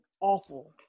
awful